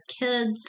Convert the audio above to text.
kids